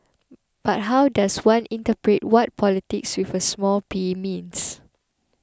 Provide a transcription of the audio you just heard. but how does one interpret what politics with a small P means